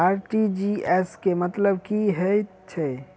RTGS केँ मतलब की हएत छै?